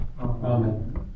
Amen